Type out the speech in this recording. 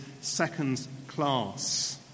second-class